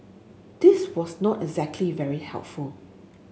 this was not exactly very helpful